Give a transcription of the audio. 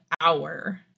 hour